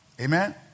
Amen